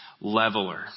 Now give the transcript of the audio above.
leveler